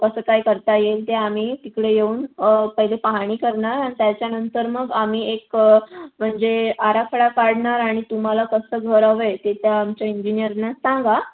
कसं काय करता येईल ते आम्ही तिकडे येऊन पहिले पाहणी करणार अन् त्याच्यानंतर मग आम्ही एक म्हणजे आराखडा काढणार आणि तुम्हाला कसं घर हवं आहे ते त्या आमच्या इंजिनियरना सांगा